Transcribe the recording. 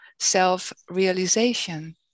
Self-realization